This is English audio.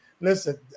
listen